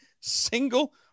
single